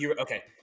Okay